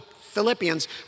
Philippians